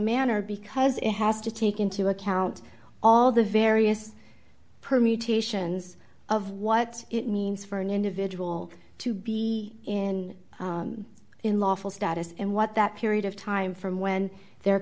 manner because it has to take into account all the various permutations of what it means for an individual to be in in lawful status and what that period of time from when the